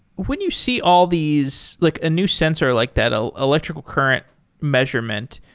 when you see all these like a new sensor like that, ah electrical current measurement,